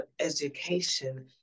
education